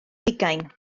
hugain